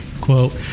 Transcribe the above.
quote